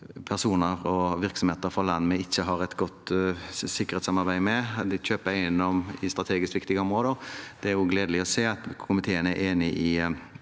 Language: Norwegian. personer og virksomheter fra land som vi ikke har et godt sikkerhetssamarbeid med, og som kjøper eiendom i strategisk viktige områder. Det er gledelig å se at komiteen er enig i